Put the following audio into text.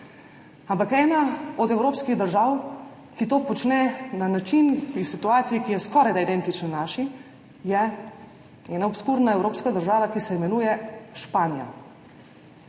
Ampak ena od evropskih držav, ki to počne na način iz situacije, ki je skoraj identična naši, je ena obskurna evropska država, ki se imenuje Španija.